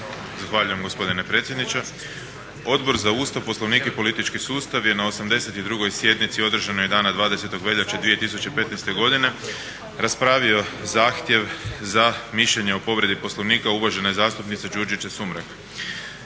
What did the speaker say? Zahvaljujem gospodine predsjedniče. Odbor za Ustav, Poslovnik i politički sustav je na 82. sjednici održanoj dana 20. veljače 2015. godine raspravio zahtjev za mišljenje o povredi Poslovnika uvažene zastupnice Đurđice Sumrak.